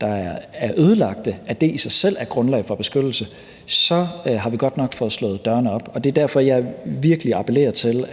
er ødelagt, i sig selv giver grundlag for beskyttelse, så har vi godt nok fået slået dørene op. Det er derfor, at jeg virkelig appellerer til,